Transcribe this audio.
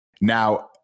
Now